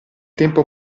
tempo